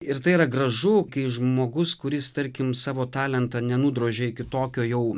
ir tai yra gražu kai žmogus kuris tarkim savo talentą nenudrožė iki kitokio jau